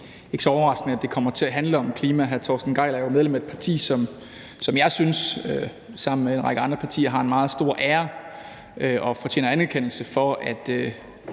Det er ikke så overraskende, at det kommer til at handle om klima; hr. Torsten Gejl er jo medlem af et parti, som jeg synes sammen med en række andre partier har en meget stor ære og fortjener anerkendelse for, at